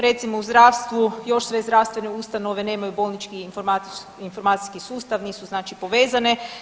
Recimo u zdravstvu još sve zdravstvene ustanove nemaju bolnički informacijski sustav, nisu znači povezane.